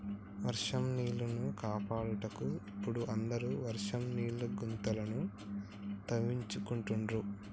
వర్షం నీళ్లను కాపాడుటకు ఇపుడు అందరు వర్షం నీళ్ల గుంతలను తవ్వించుకుంటాండ్రు